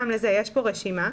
גם לזה יש כאן רשימה.